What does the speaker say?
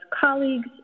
colleagues